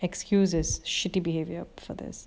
excuse his shitty behaviour for this